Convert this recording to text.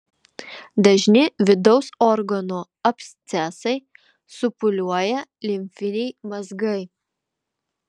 dažni vidaus organų abscesai supūliuoja limfiniai mazgai